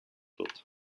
wird